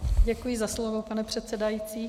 Děkuji za slovo, pane předsedající.